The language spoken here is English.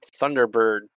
Thunderbird